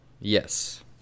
Yes